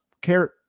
carrot